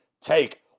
Take